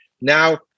Now